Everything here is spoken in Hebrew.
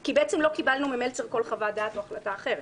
כי בעצם לא קיבלנו ממלצר כל חוות דעת או החלטה אחרת.